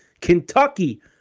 Kentucky